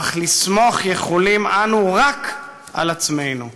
אך לסמוך יכולים אנו רק על עצמנו.